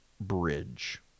Bridge